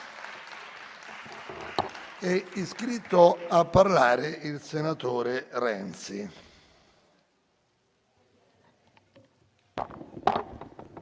È iscritto a parlare il senatore Renzi.